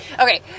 okay